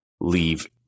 leave